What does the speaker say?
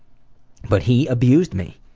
but he abused me.